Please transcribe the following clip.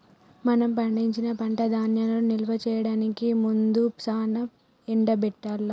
మనం పండించిన పంట ధాన్యాలను నిల్వ చేయడానికి ముందు సానా ఎండబెట్టాల్ల